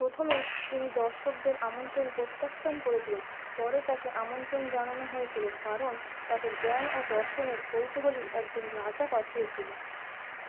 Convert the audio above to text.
প্রথমে তিনি দর্শকদের আমন্ত্রণ প্রত্যাখ্যান করেছিলেন পরে তাকে আমন্ত্রণ জানানো হয়েছিলো কারণ তাকে জ্ঞান ও দর্শনের কৌতহলী একজন রাজা পাঠিয়েছিলেন